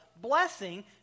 blessing